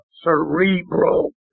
cerebral